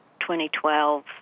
2012